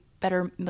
better